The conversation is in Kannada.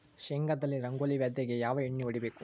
ಶೇಂಗಾದಲ್ಲಿ ರಂಗೋಲಿ ವ್ಯಾಧಿಗೆ ಯಾವ ಎಣ್ಣಿ ಹೊಡಿಬೇಕು?